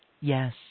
Yes